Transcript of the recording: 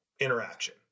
interaction